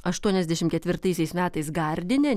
aštuoniasdešim ketvirtaisiais metais gardine